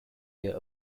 year